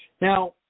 Now